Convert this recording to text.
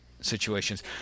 situations